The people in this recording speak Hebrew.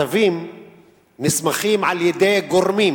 כתבים נסמכים על גורמים,